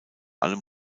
allem